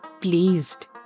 pleased